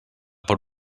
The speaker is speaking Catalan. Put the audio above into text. per